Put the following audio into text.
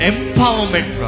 Empowerment